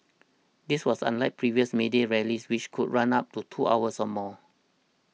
this was unlike previous May Day rallies which could run up to two hours or more